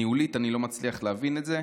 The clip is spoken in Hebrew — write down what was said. ניהולית אני לא מצליח להבין את זה.